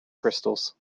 crystals